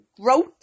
Growth